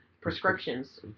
prescriptions